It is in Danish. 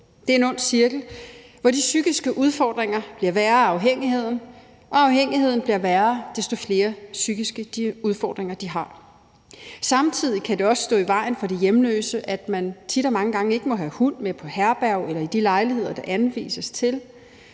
Det er en ond cirkel, hvor de psykiske udfordringer bliver værre af afhængigheden, og afhængigheden bliver værre, jo flere psykiske udfordringer de har. Samtidig kan det også stå i vejen for de hjemløse, at man tit og mange gange ikke må have hund med på herberg eller i de lejligheder, der anvises til.